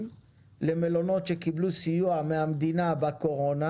למלונות שקיבלו סיוע מן המדינה בקורונה,